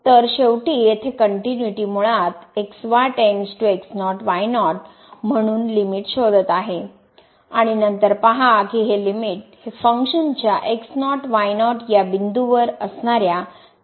तर शेवटी येथे कनट्युनिटी मुळात म्हणून लिमिट शोधत आहे आणि नंतर पहा की ही लिमिट हे फंक्शन च्या x0 y0 या बिंदूवर असणाऱ्या किमती एवढे असले पाहिजे